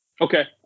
Okay